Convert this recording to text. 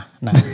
nah